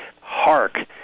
Hark